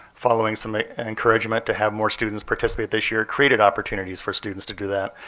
following some encouragement to have more students participate this year, created opportunities for students to do that.